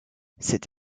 cette